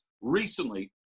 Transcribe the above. recently